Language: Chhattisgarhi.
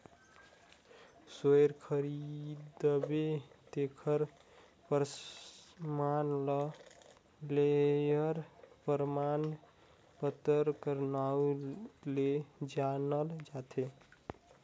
सेयर खरीदबे तेखर परमान ल सेयर परमान पतर कर नांव ले जानल जाथे